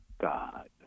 God